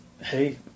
Hey